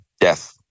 death